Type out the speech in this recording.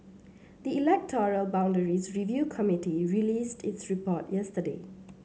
the electoral boundaries review committee released its report yesterday